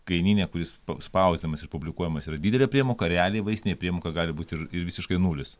kainyne kuris pa spausdinamas ir publikuojamas yra didelė priemoka realiai vaistinėj priemoka gali būt ir ir visiškai nulis